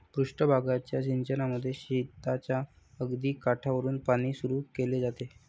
पृष्ठ भागाच्या सिंचनामध्ये शेताच्या अगदी काठावरुन पाणी सुरू केले जाते